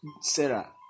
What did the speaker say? Sarah